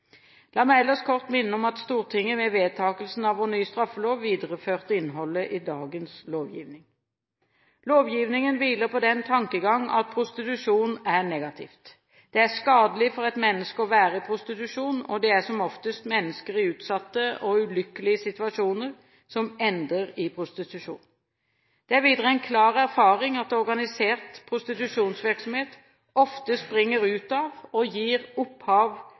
La meg ellers kort minne om at Stortinget ved vedtakelsen av vår nye straffelov videreførte innholdet i dagens lovgivning. Lovgivningen hviler på den tankegang at prostitusjon er negativt. Det er skadelig for et menneske å være i prostitusjon, og det er som oftest mennesker i utsatte og ulykkelige situasjoner som ender i prostitusjon. Det er videre en klar erfaring at organisert prostitusjonsvirksomhet ofte springer ut av, og gir opphav